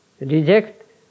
reject